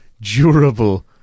durable